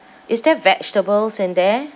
is there vegetables in there